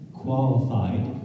qualified